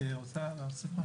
את רוצה להוסיף משהו?